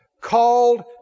Called